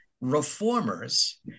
reformers